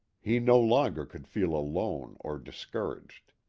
he no longer could feel alone or discouraged.